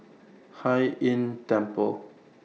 Hai Inn Temple